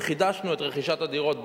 וחידשנו את רכישת הדירות,